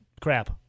crap